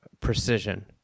precision